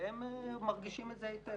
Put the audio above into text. והם מרגישים את זה היטב.